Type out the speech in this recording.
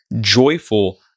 joyful